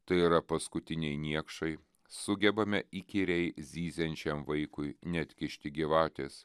tai yra paskutiniai niekšai sugebame įkyriai zyziančiam vaikui neatkišti gyvatės